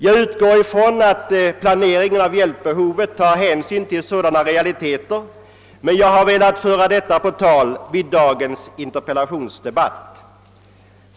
Jag utgår från att planeringen av hjälpbehovet tar hänsyn till sådana realiteter, men jag har velat föra detta på tal vid dagens interpellationsdebatt.